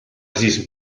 siis